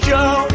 Joe